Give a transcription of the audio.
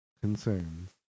concerns